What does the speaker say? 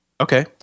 okay